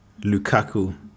Lukaku